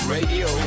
Radio